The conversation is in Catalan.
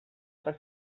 per